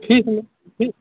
ठीक ठीक